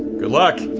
good luck.